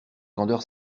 candeur